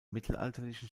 mittelalterlichen